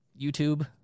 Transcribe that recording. YouTube